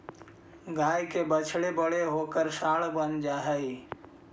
गाय के बछड़े बड़े होकर साँड बन जा हई